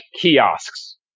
kiosks